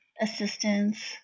assistance